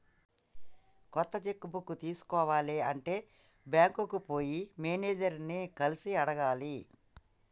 కొత్త cheque book తీసుకోవాలి అంటే బ్యాంకుకు పోయి మేనేజర్ ని కలిసి అడగాలి